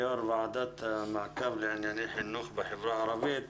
יושב ראש ועדת המעקב לענייני חינוך בחברה הערבית.